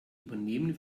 übernehmen